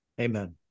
Amen